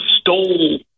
stole